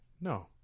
No